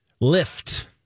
Lift